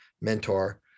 mentor